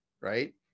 right